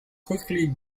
quickly